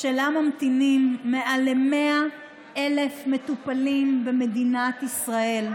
שלה ממתינים מעל ל-100,000 מטופלים במדינת ישראל,